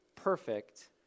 perfect